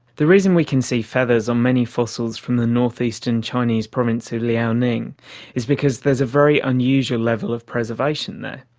the reason we can see feathers on many fossils from the north-eastern chinese province of liaoning is because a very unusual level of preservation there.